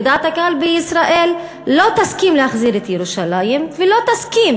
דעת הקהל בישראל לא תסכים להחזיר את ירושלים ולא תסכים